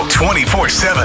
24-7